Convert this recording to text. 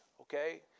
okay